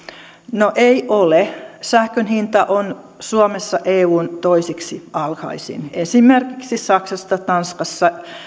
no ei ole sähkön hinta on suomessa eun toiseksi alhaisin esimerkiksi saksassa tanskassa